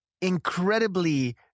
incredibly